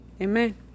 amen